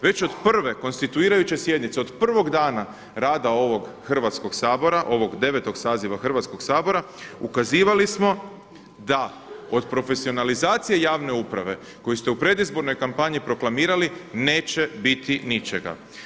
Već od prve konstituirajuće sjednice od prvog dana rada ovog Hrvatskog sabora, ovog devetog saziva Hrvatskog sabora ukazivali smo da od profesionalizacije javne uprave koju ste u predizbornoj kampanji proklamirali neće biti ničega.